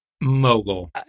mogul